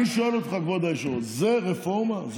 אני שואל אותך, כבוד היושב-ראש: זאת רפורמה?